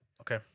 Okay